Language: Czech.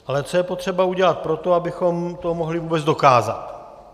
Ale co je potřeba udělat pro to, abychom to mohli vůbec dokázat?